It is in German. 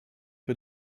für